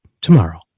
tomorrow